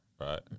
right